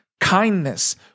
Kindness